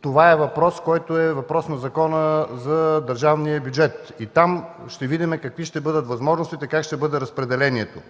това е въпрос, който е въпрос на Закона за държавния бюджет. Там ще видим какви ще бъдат възможностите, как ще бъде разпределението.